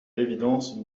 l’évidence